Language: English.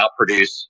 outproduce